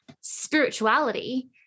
spirituality